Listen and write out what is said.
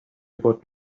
about